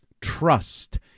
trust